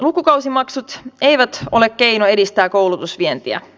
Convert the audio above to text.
lukukausimaksut eivät ole keino edistää koulutusvientiä